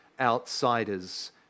outsiders